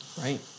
Right